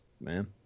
man